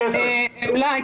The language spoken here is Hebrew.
אריזה.